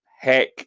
Heck